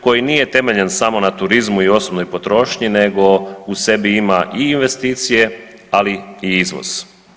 koji nije temeljen samo na turizmu i osobnoj potrošnji nego u sebi ima i investicije, ali i izvoz.